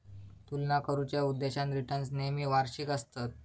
तुलना करुच्या उद्देशान रिटर्न्स नेहमी वार्षिक आसतत